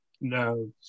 No